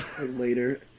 later